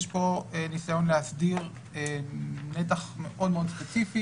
יש כאן ניסיון להסדיר נתח מאוד מאוד ספציפי